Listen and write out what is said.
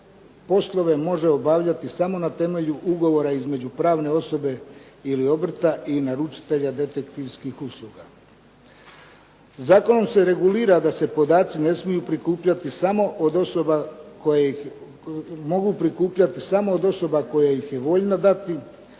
poslove može obavljati samo na temelju ugovora između pravne osobe ili obrta i naručitelja detektivskih usluga. Zakonom se regulira da se podaci ne smiju prikupljati samo od osoba koje, mogu prikupljati